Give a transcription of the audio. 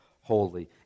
holy